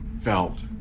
felt